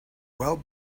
well